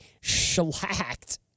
shellacked